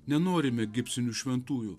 nenorime gipsinių šventųjų